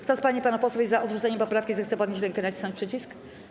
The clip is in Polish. Kto z pań i panów posłów jest za odrzuceniem poprawki, zechce podnieść rękę i nacisnąć przycisk.